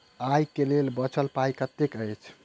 आइ केँ लेल बचल पाय कतेक अछि?